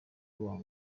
w’umunya